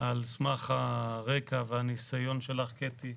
על סמך הרקע והניסיון שלך, קטי,